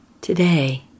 Today